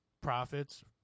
profits